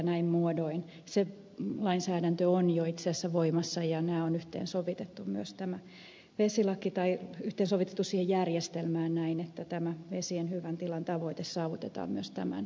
näin muodoin se lainsäädäntö on jo itse asiassa voimassa ja nämä on yhteensovitettu siihen järjestelmään näin että tämä vesien hyvän tilan tavoite saavutetaan myös tämän lain avulla